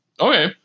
Okay